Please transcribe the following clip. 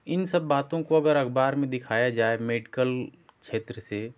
इन सब बातों को अगर अखबारों में दिखाया जाए मेडिकल क्षेत्र से